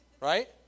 Right